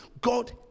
God